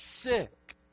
sick